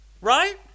Right